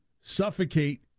suffocate